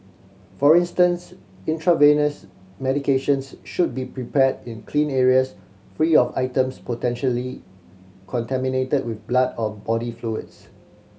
for instance intravenous medications should be prepared in clean areas free of items potentially contaminated with blood or body fluids